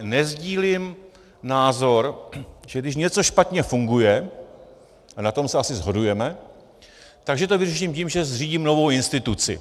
Nesdílím názor, že když něco špatně funguje, a na tom se asi shodujeme, tak že to vyřeším tím, že zřídím novou instituci.